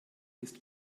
ist